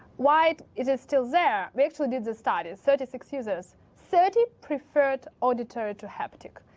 why is it still there? we actually did the studies. thirty-six users, thirty preferred auditory to haptic.